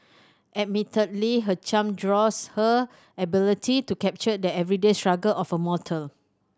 admittedly her charm draws her ability to capture the everyday struggle of a mortal